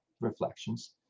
Reflections